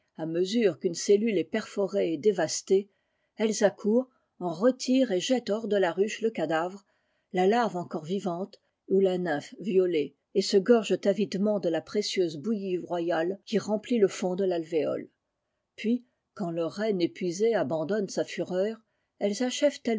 à mesure qu'une cellule est perforée et dévastée elles accourent en retirent et jettent hors de la ruche le cadavre la larve encore vivante ou la nymphe violée et se gorgent avidement de la précieuse bouillie royale qui remplit le fond de l'alvéole puis quand leur reine épuisée abandonne sa fureur elles achèvent